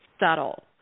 Subtle